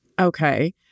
Okay